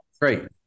Great